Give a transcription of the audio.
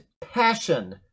passion